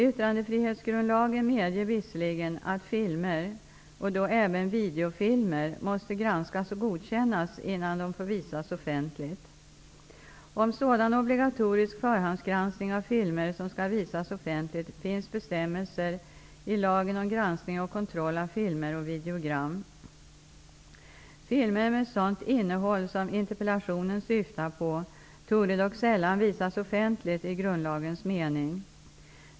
Yttrandefrihetsgrundlagen medger visserligen att filmer, och då även videofilmer, måste granskas och godkännas innan de får visas offentligt. Om sådan obligatorisk förhandsgranskning av filmer som skall visas offentligt finns bestämmelser i lagen om granskning och kontroll av filmer och videogram. Filmer med sådant innehåll som interpellationen syftar på torde dock sällan visas offentligt i grundlagens mening.